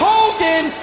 Hogan